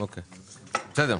תודה.